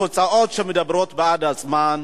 התוצאות מדברות בעד עצמן: